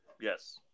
Yes